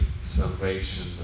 salvation